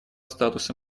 статуса